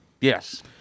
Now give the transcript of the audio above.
Yes